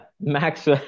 Max